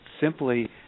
simply